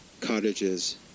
cottages